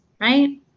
right